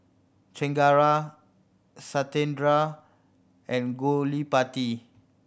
Chengara Satyendra and Gottipati